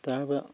তাৰপৰা